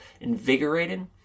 invigorated